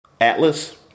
Atlas